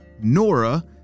Nora